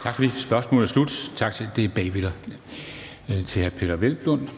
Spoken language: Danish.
Tak for det. Spørgsmålet er slut. Tak til hr. Peder Hvelplund.